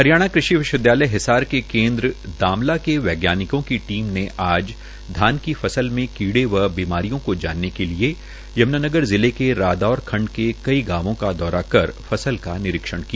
हरियाणा कृषि विश्वविद्यालय हिसार के केन्द्र दामला के वैज्ञानिकों की टीम ने आज धान की फसल में कीड़े व बीमारियों को जानने के लिए यम्नानगर जिले में रादौरा खंड के कई गांवों का दौरा का फसल का निरीक्षण किया